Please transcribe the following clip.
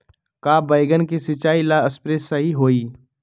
का बैगन के सिचाई ला सप्रे सही होई?